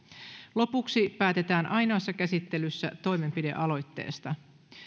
lopuksi päätetään ainoassa käsittelyssä toimenpidealoitteesta